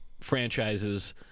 franchises